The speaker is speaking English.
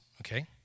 okay